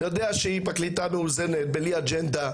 יודע שהיא פרקליטה מאוזנת בלי אג'נדה,